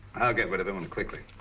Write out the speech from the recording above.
i'll get rid of him and quickly.